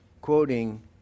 quoting